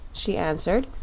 she answered,